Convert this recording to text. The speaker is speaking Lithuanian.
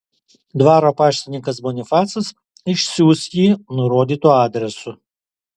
dvaro paštininkas bonifacas išsiųs jį nurodytu adresu